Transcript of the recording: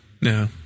no